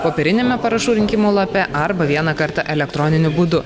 popieriniame parašų rinkimų lape arba vieną kartą elektroniniu būdu